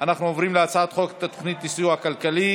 אנחנו עוברים להצעת חוק התוכנית לסיוע כלכלי